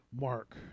Mark